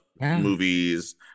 movies